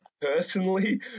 personally